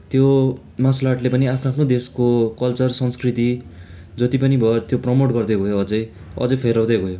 त्यो मार्सल आर्टले पनि आफ्नो आफ्नो देशको कल्चर संस्कृति जति पनि भयो त्यो प्रमोट गर्दै गयो अझै अझै फैलाउँदै गयो